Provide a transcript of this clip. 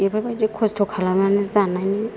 बेफोरबायदि खस्थ' खालामनानै जानायनि